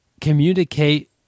communicate